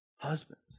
husbands